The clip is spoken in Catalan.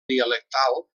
dialectal